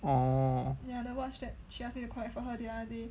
orh